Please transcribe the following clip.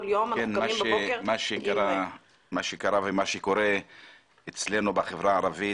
כל יום אנחנו קמים בבוקר עם -- מה שקרה ומה שקורה אצלנו בחברה הערבית